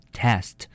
test